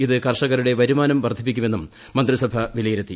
ഇത് കർഷകരുടെ വരുമാനം വർദ്ധിപ്പിക്കുമെന്നും മന്ത്രിസഭ വിലയിരുത്തി